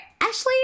Ashley